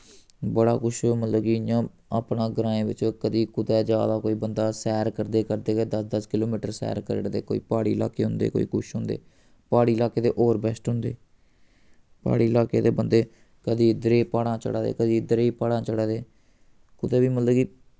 बड़ा कुछ मतलब कि इ'यां अपना ग्राएं बिच्च कदी कुतै जा दा कोई बंदा सैर करदे करदे गै दस दस किलोमीटर सैर करी ओड़दे कोई प्हाड़ी लाके होंदे कोई कुछ होंदे प्हाड़ी लाके ते होर बैस्ट होंदे प्हाड़ी लाके दे बंदे कदी इद्धरै ई प्हाड़ां चढ़ा दे कदी इद्धरै ई प्हाड़ां चढ़ा दे कुतै बी मतलब कि